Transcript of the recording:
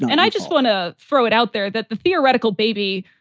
and i just want to throw it out there that the theoretical baby,